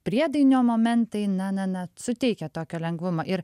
priedainio momentai na na na suteikia tokio lengvumo ir